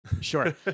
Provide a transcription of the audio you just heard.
Sure